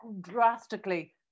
drastically